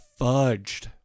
fudged